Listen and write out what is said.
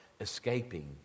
escaping